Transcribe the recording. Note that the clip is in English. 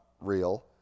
real